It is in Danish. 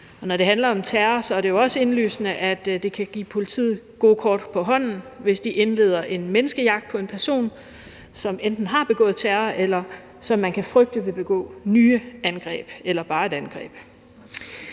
Når det handler om terror, er det jo også indlysende, at det kan give politiet gode kort på hånden, hvis de indleder en menneskejagt på en person, som enten har begået terror, eller som man kan frygte vil begå nye angreb eller bare et angreb.